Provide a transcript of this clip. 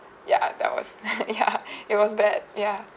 ya that was ya it was bad ya